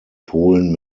polen